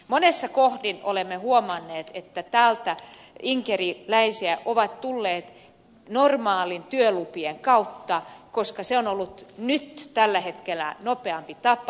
monessa kohdin olemme huomanneet että inkeriläiset ovat tulleet normaalien työlupien kautta koska se on ollut tällä hetkellä nopeampi tapa